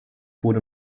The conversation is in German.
wurde